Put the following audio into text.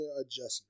adjustment